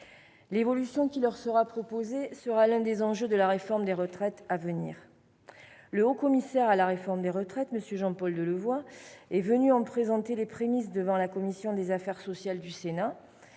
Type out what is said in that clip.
L'évolution qui sera proposée sera l'un des enjeux de la réforme des retraites à venir. Le haut-commissaire à la réforme des retraites, M. Jean-Paul Delevoye, est venu en présenter les prémices devant la commission des affaires sociales du Sénat.